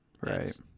right